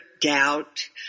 doubt